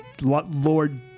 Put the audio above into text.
Lord